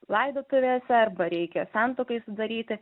laidotuvėse arba reikia santuokai sudaryti